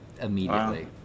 immediately